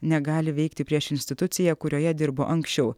negali veikti prieš instituciją kurioje dirbo anksčiau